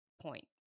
point